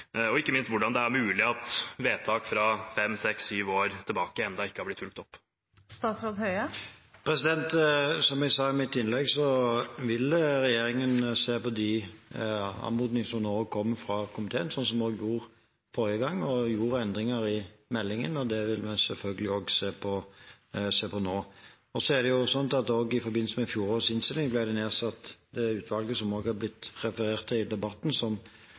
og ikke minst hvordan det er mulig at vedtak fra fem, seks, syv år tilbake enda ikke har blitt fulgt opp. Som jeg sa i mitt innlegg, vil regjeringen se på de anmodningene som nå kommer fra komiteen, sånn vi også gjorde forrige gang, og gjorde endringer i meldingen. Det vil vi selvfølgelig også se på nå. I forbindelse med fjorårets innstilling ble det nedsatt et utvalg, som også er blitt referert til i debatten,